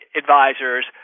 advisors